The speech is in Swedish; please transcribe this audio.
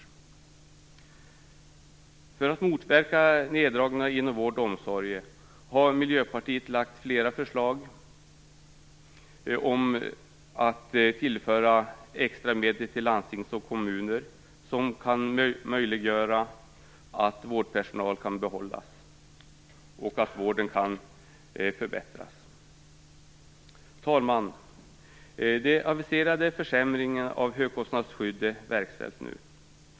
När det gäller att motverka neddragningarna inom vården och omsorgen har Miljöpartiet lagt fram flera förslag om att tillföra extra medel till landstingen och kommunerna för att göra det möjligt att behålla vårdpersonal och att förbättra vården. Fru talman! Den aviserade försämringen av högkostnadsskyddet verkställs nu.